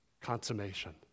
consummation